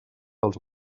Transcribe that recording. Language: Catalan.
els